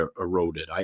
eroded